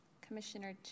Commissioner